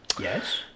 Yes